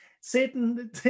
satan